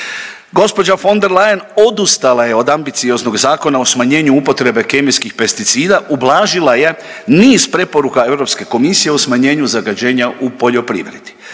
Gđa. von der Leyen odustala je od ambicioznog Zakona o smanjenju upotrebe kemijskih pesticida, ublažila je niz preporuka Europske komisije o smanjenju zagađenja u poljoprivredi.